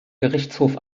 gerichtshof